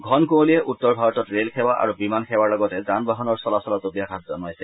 ঘন কুঁৱলীয়ে উত্তৰ ভাৰতত ৰেল সেৱা আৰু বিমান সেৱাৰ লগতে যানবাহনৰ চলাচলতো ব্যাঘাত জন্মাইছে